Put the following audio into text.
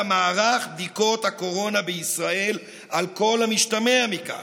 מערך בדיקות הקורונה בישראל על כל המשתמע מכך".